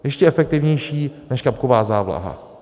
Ještě efektivnější než kapková závlaha.